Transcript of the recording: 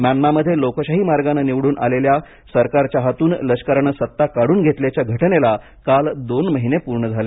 म्यानमारमध्ये लोकशाही मार्गानं निवडून आलेल्या सरकारच्या हातून लष्करानं सत्ता काढून घेतल्याच्या घटनेला काल दोन महिने पूर्ण झाले